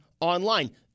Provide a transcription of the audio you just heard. online